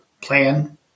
plan